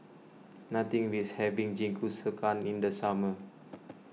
nothing beats having Jingisukan in the summer